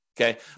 Okay